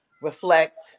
reflect